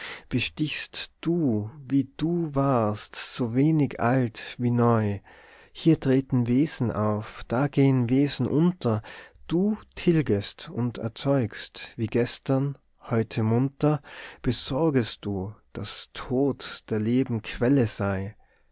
bestichst du wie du warst so wenig alt wie neu hier treten wesen auf da gehen wesen unter du tilgest und erzeugst wie gestern heute munter besorgest du dass tod der lebens quelle sei